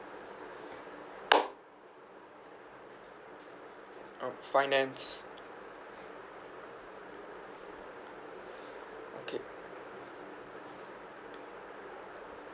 um finance okay